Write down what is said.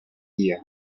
ear